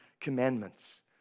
commandments